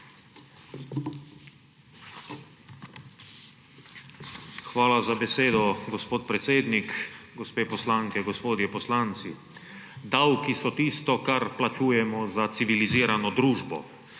Hvala za besedo, gospod predsednik. Gospe poslanke, gospodje poslanci! Davki so tisto, kar plačujemo za civilizirano družbo.